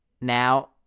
now